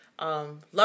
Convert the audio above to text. love